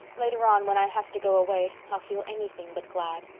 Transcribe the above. later on, when i have to go away, i'll feel anything but glad.